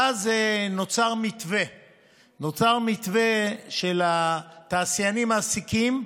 ואז נוצר מתווה של תעשיינים/מעסיקים,